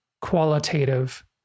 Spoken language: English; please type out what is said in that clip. qualitative